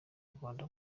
rwanda